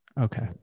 okay